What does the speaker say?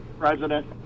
president